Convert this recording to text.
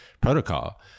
protocol